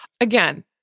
Again